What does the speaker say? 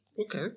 Okay